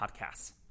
Podcasts